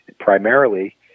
primarily